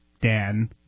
Dan